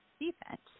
defense